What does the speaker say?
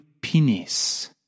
penis